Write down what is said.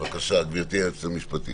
בבקשה, גברתי היועצת המשפטית.